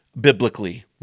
biblically